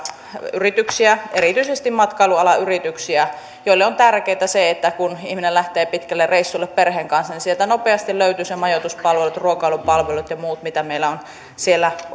yrityksiä erityisesti matkailualan yrityksiä joille on tärkeätä se että kun ihminen lähtee pitkälle reissulle perheen kanssa niin sieltä nopeasti löytyvät ne majoituspalvelut ruokailupalvelut ja muut mitä meillä on siellä